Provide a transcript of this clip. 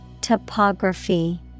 Topography